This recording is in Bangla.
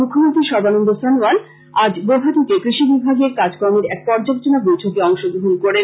মুখ্যমন্ত্রী সর্বানন্দ সনোয়াল আজ গৌহাটিতে কৃষি বিভাগের কাজকর্মের এক পর্যালোচনা বৈঠকে অংশগ্রন করেন